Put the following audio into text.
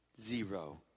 Zero